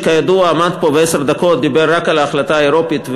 שכידוע עמד פה ועשר דקות דיבר רק על ההחלטה האירופית,